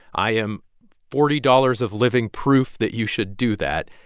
i am forty dollars of living proof that you should do that.